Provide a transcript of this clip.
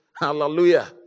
Hallelujah